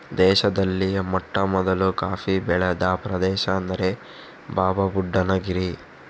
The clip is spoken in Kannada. ದೇಶದಲ್ಲಿಯೇ ಮೊಟ್ಟಮೊದಲು ಕಾಫಿ ಬೆಳೆದ ಪ್ರದೇಶ ಅಂದ್ರೆ ಬಾಬಾಬುಡನ್ ಗಿರಿ